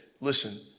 listen